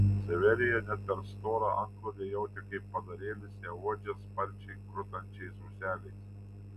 severija net per storą antklodę jautė kaip padarėlis ją uodžia sparčiai krutančiais ūseliais